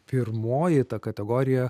pirmoji ta kategorija